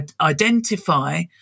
identify